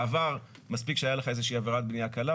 בעבר מספיק הייתה לך איזושהי עבירת בניה קלה,